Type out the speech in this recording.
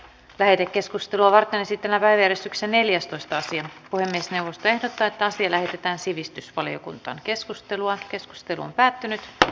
lähetekeskustelua varten esitellään päiväjärjestyksen neljästoista sija puhemiesneuvosto ehdottaa että asia lähetetään sivistysvaliokuntaan keskustelua keskustelu on päättynyt